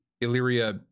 Illyria